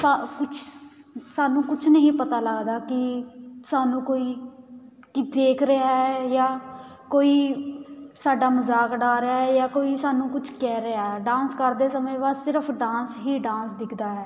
ਸਾ ਕੁਛ ਸਾਨੂੰ ਕੁਛ ਨਹੀਂ ਪਤਾ ਲੱਗਦਾ ਕਿ ਸਾਨੂੰ ਕੋਈ ਕੀ ਦੇਖ ਰਿਹਾ ਜਾਂ ਕੋਈ ਸਾਡਾ ਮਜ਼ਾਕ ਉਡਾ ਰਿਹਾ ਜਾਂ ਕੋਈ ਸਾਨੂੰ ਕੁਛ ਕਹਿ ਰਿਹਾ ਡਾਂਸ ਕਰਦੇ ਸਮੇਂ ਬਸ ਸਿਰਫ ਡਾਂਸ ਹੀ ਡਾਂਸ ਦਿਖਦਾ ਹੈ